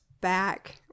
back